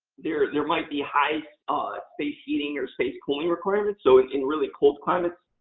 there there might be high space heating or space cooling requirements. so, in really cold climates,